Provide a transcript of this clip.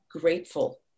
grateful